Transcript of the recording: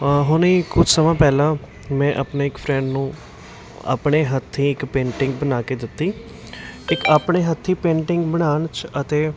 ਆਹ ਹੁਣੀ ਕੁਛ ਸਮਾਂ ਪਹਿਲਾਂ ਮੈਂ ਆਪਣੇ ਇੱਕ ਫਰੈਂਡ ਨੂੰ ਆਪਣੇ ਹੱਥੀਂ ਇੱਕ ਪੇਂਟਿੰਗ ਬਣਾ ਕੇ ਦਿੱਤੀ ਇੱਕ ਆਪਣੇ ਹੱਥੀਂ ਪੇਂਟਿੰਗ ਬਣਾਉਣ 'ਚ ਅਤੇ